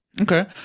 okay